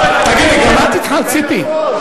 תגידי, גם את התחלת, ציפי?